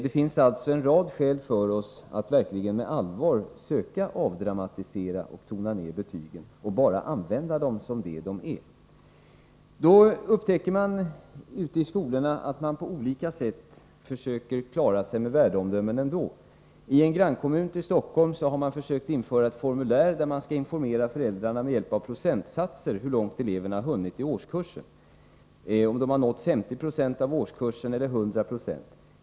Det finns alltså en rad skäl för oss att verkligen med allvar söka avdramatisera och tona ned betygen och bara använda dem som det de är. Vi har upptäckt att man ute i skolorna på olika sätt försöker klara sig med värdeomdömen ändå. I en grannkommun till Stockholm har man försökt införa ett formulär där man med hjälp av procentsatser skall informera föräldrarna om hur långt eleverna hunnit i årskursen — om de har nått t.ex. 50 90 eller 100 Ze.